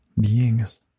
beings